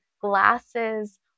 glasses